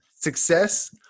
success